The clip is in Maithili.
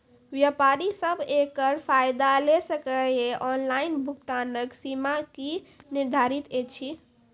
व्यापारी सब एकरऽ फायदा ले सकै ये? ऑनलाइन भुगतानक सीमा की निर्धारित ऐछि?